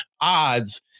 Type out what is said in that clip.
odds